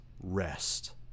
rest